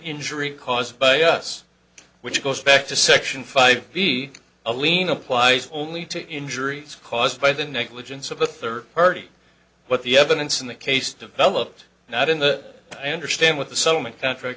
injury caused by us which goes back to section five b a lien applies only to injuries caused by the negligence of a third party but the evidence in the case developed not in the i understand with the settlement patrick